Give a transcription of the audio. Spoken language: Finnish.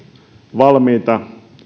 valmiita